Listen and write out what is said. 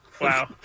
Wow